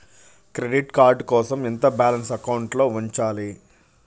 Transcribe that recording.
Credit card కోసం ఎంత balance అకౌంట్లో ఉంచాలి?